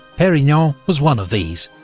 perignon was one of these.